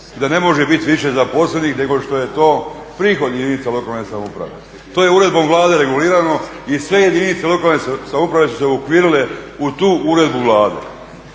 da ne može biti više zaposlenih nego što je to prihod jedinice lokalne samouprave. To je uredbom vlade regulirano i sve jedinice lokalne samouprave su se uokvirile u tu uredbu Vlade.